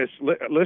Listen